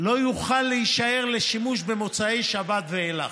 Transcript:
לא יוכל להישאר לשימוש במוצאי השבת ואילך,